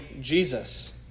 Jesus